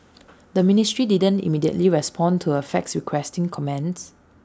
the ministry didn't immediately respond to A fax requesting comments